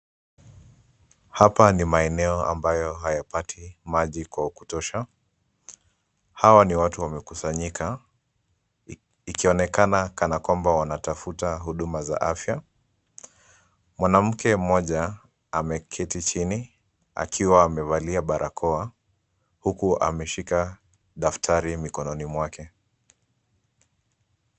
Haya ni maeneo ambayo hayapati maji kwa kutosha. Hawa ni watu wamekusanyika ikionekana kana kwamba wanatafuta huduma za afya. Mwanamke mmoja ameketi chini akiwa amevalia barakoa huku ameshika daftari mikononi mwake.